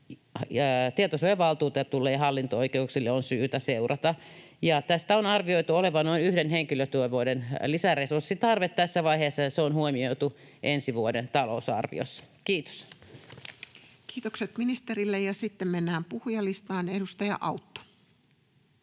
tietosuojavaltuutetulle ja hallinto-oikeuksille on syytä seurata. Tästä on arvioitu olevan noin yhden henkilötyövuoden lisäresurssitarve tässä vaiheessa, ja se on huomioitu ensi vuoden talousarviossa. — Kiitos. [Speech 187] Speaker: Toinen varapuhemies Tarja Filatov